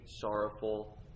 sorrowful